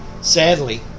Sadly